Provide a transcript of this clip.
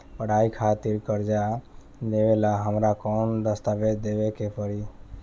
पढ़ाई खातिर कर्जा लेवेला हमरा कौन दस्तावेज़ देवे के पड़ी?